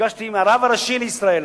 נפגשתי עם הרב הראשי לישראל,